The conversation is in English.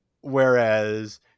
Whereas